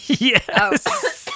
Yes